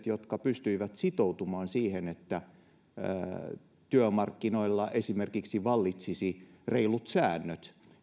jotka pystyivät sitoutumaan siihen että työmarkkinoilla esimerkiksi vallitsisivat reilut säännöt